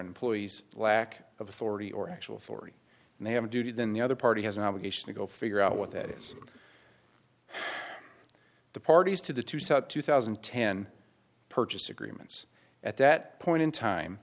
employee's lack of authority or actual fori and they have a duty than the other party has an obligation to go figure out what that is the parties to the two saw two thousand and ten purchase agreements at that point in time